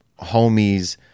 homies